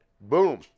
Boom